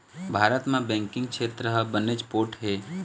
भारत म बेंकिंग छेत्र ह बनेच पोठ हे